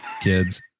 kids